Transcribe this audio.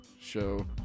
show